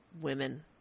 women